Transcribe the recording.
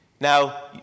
Now